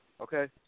Okay